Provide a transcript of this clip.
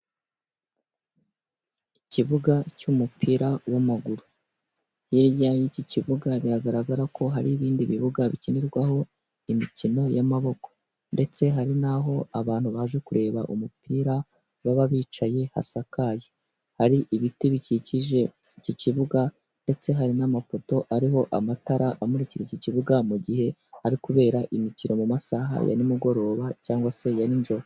Ikibuga cy'umupira w'amaguru. Hirya y'iki kibuga biragaragara ko hari ibindi bibuga bikinirwaho imikino y'amaboko ndetse hari n'aho abantu baje kureba umupira baba bicaye hasakaye. Hari ibiti bikikije iki kibuga ndetse hari n'amapoto ariho amatara amurikira iki kibuga mu gihe hari kubera imikino mu masaha ya nimugoroba cyangwa se ya nijoro.